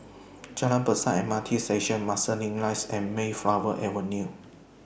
Jalan Besar M R T Station Marsiling Rise and Mayflower Avenue